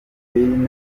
filime